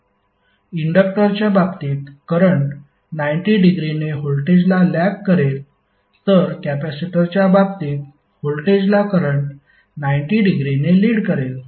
इंडक्टरच्या बाबतीत करंट 90 डिग्रीने व्होल्टेजला लॅग करेल तर कॅपेसिटरच्या बाबतीत व्होल्टेजला करंट 90 डिग्री ने लीड करेल